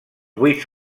buits